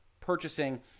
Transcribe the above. purchasing